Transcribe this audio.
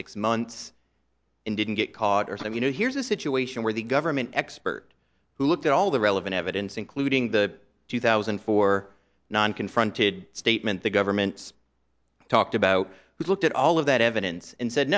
six months and didn't get caught and you know here's a situation where the government expert who looked at all the relevant evidence including the two thousand and four non confronted statement the government talked about who looked at all of that evidence and said